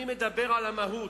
אני מדבר על המהות.